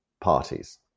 parties